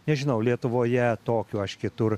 nežinau lietuvoje tokio aš kitur